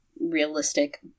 realistic